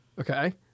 Okay